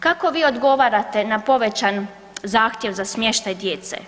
Kako vi odgovarate na povećan zahtjev za smještaj djece?